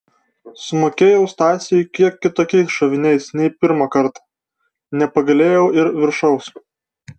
sumokėjau stasiui kiek kitokiais šoviniais nei pirmą kartą nepagailėjau ir viršaus